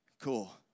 Cool